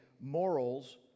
morals